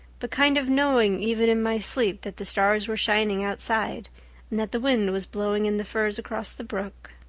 but kind of knowing even in my sleep that the stars were shining outside and that the wind was blowing in the firs across the brook.